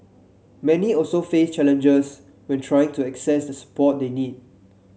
many also face challenges when trying to access the support they need